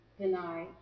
deny